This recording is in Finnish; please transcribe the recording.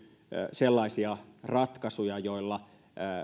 sellaisia ratkaisuja joilla esimerkiksi